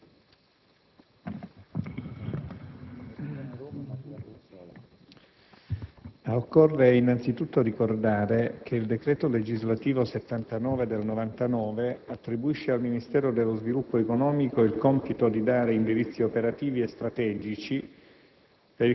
Occorre innanzitutto ricordare che il decreto legislativo n. 79 del 1999 attribuisce al Ministero dello sviluppo economico il compito di dare indirizzi operativi e strategici